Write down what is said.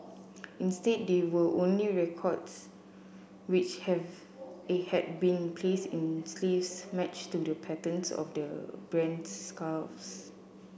instead there were only records which have had been placed in sleeves matched to the patterns of the brand's scarves